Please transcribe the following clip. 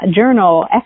journal